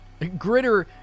Gritter